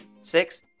Six